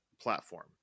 platform